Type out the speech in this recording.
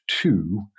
two